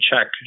check